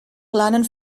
planen